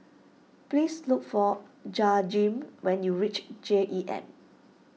please look for Jaheem when you reach J E M